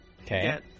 Okay